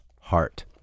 Heart